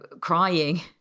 crying